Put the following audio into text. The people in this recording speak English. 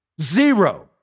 zero